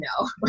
no